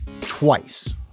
twice